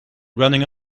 running